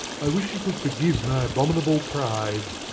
i wish you could forgive my abominable pride.